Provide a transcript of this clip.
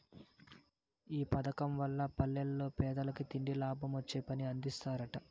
ఈ పదకం వల్ల పల్లెల్ల పేదలకి తిండి, లాభమొచ్చే పని అందిస్తరట